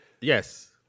Yes